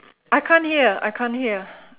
I can't hear I can't hear